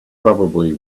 probably